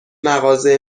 مغازه